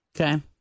Okay